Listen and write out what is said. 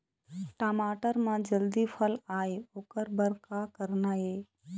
टमाटर म जल्दी फल आय ओकर बर का करना ये?